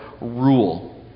rule